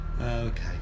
Okay